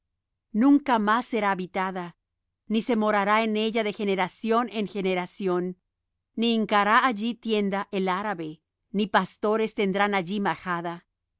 nunca más será habitada ni se morará en ella de generación en generación ni hincará allí tienda el arabe ni pastores tendrán allí majada